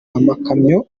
amakamyo